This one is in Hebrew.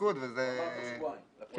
הוא אמר תוך שבועיים לפרוטוקול.